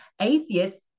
Atheists